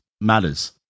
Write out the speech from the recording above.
matters